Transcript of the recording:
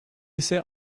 ise